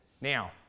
Now